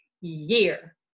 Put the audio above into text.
year